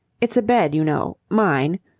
it's a bed, you know. mine.